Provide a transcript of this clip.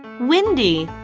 windy.